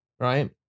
Right